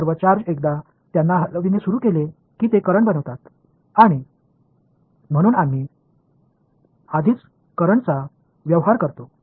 அந்த சார்ஜ் அனைத்தும் அவை நகரத் தொடங்கியவுடன் அவை கரண்ட் ஆக மாறும் நாங்கள் ஏற்கனவே கரண்ட்டை கையாளுகிறோம்